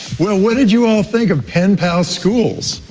well, what did you think of penpal schools?